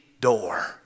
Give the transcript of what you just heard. door